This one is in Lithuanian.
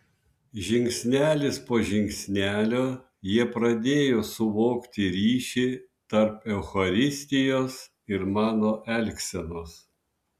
žingsnelis po žingsnelio jie pradėjo suvokti ryšį tarp eucharistijos ir mano elgsenos